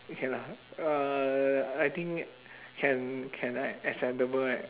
okay lah uh I think can can right acceptable right